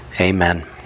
Amen